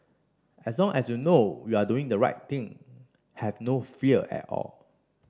as long as you know you are doing the right thing have no fear at all